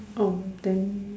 orh then